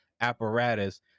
apparatus